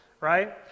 right